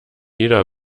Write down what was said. jeder